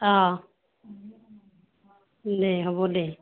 অঁ দে হ'ব দে